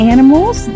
Animals